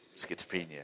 schizophrenia